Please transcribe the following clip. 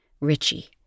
Richie